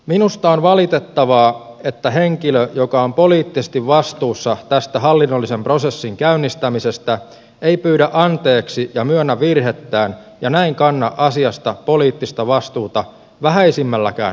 minusta on valitettavaa että henkilö joka on poliittisesti vastuussa tästä hallinnollisen prosessin käynnistämisestä ei pyydä anteeksi ja myönnä virhettään ja näin kanna asiasta poliittista vastuuta vähäisimmälläkään mahdollisella tavalla